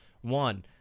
One